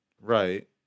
Right